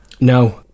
No